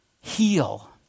heal